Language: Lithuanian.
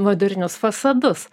modernius fasadus